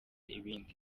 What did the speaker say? ibindi